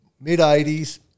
mid-80s